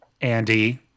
Andy